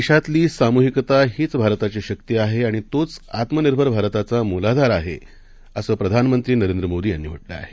देशातलीसामूहिकताहीचभारताचीशक्तीआहे आणितोचआत्मनिर्भरभारताचामूलाधारआहेअसंप्रधानमंत्रीनरेंद्रमोदीयांनीम्हटलंआहे